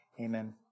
amen